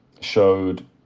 showed